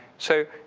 so,